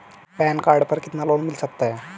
Pan card पर कितना loan मिल सकता है?